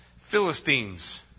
Philistines